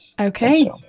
Okay